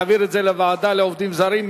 מי בעד להעביר את זה לוועדה לעובדים זרים?